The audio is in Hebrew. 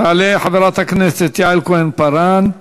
תעלה חברת הכנסת יעל כהן-פארן,